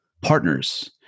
partners